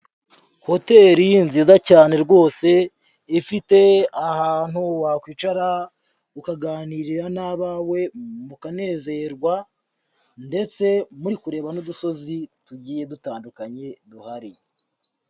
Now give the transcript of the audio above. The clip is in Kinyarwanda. Hotel nziza cyane rwose, ifite ahantu wakwicara ukaganirira n'abawe mukanezerwa ndetse muri kureba n'udusozi tugiye dutandukanye duhari.